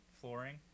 flooring